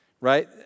right